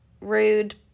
rude